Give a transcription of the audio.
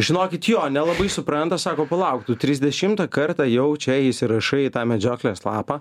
žinokit jo nelabai supranta sako palauk tu trisdešimtą kartą jau čia įsirašai į tą medžioklės lapą